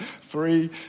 Three